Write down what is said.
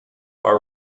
are